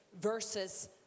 versus